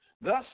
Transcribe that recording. Thus